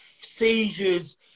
seizures